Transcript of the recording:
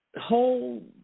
whole